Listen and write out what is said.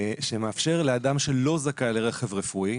שמאפשר לאדם שלא זכאי לרכב רפואי,